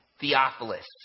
Theophilus